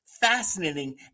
fascinating